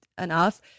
enough